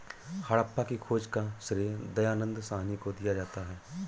हड़प्पा की खोज का श्रेय दयानन्द साहनी को दिया जाता है